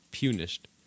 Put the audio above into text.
punished